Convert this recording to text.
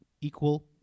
equal